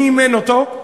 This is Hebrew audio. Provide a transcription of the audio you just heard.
מי אימן אותו?